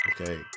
Okay